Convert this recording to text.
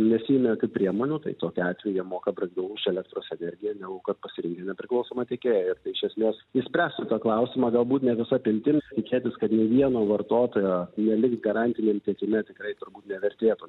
nesiėmė jokių priemonių tai tokiu atveju jie moka brangiau už elektros energiją negu kad pasirinkę nepriklausomą tiekėją ir tai iš esmės išspręstų tą klausimą galbūt ne visa apimtim tikėtis kad nė vieno vartotojo neliks garantiniam tiekime tikrai turbūt nevertėtų